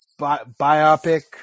biopic